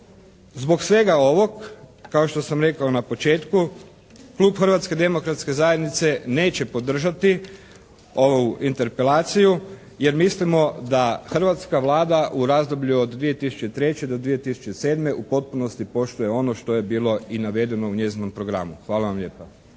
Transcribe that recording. Zbog svega ovoga, kao što sam rekao na početku, Klub Hrvatske demokratske zajednice neće podržati ovu interpelaciju jer mislimo da hrvatska Vlada u razdoblju od 2003. do 2007. u potpunosti poštuje ono što je bilo i navedeno u njezinom programu. Hvala vam lijepa.